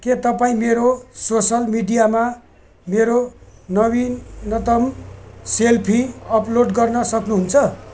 के तपाईँ मेरो सोसल मिडियामा मेरो नवीनतम सेल्फी अपलोड गर्न सक्नुहुन्छ